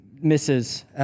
misses